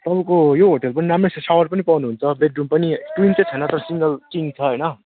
तपाईँको यो होटलको पनि राम्रै छ सावर पनि पाउनुहुन्छ बेडरुम पनि ट्विन चाहिँ छैन सिङ्गल किङ चाहिँ छ हैन